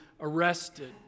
arrested